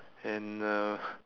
and uh